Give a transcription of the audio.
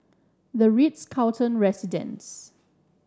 the Ritz Carlton Residences